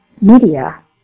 media